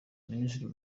minisitiri